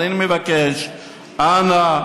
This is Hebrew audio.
אבל אני מבקש: אנא,